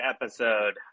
episode